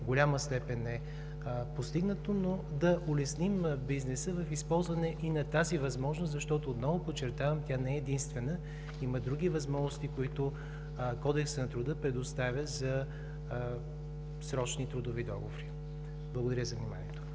голяма степен е постигнато, но да улесним бизнеса в използване и на тази възможност, защото, отново подчертавам, тя не е единствена, има други възможности, които Кодексът на труда предоставя за срочни трудови договори. Благодаря за вниманието.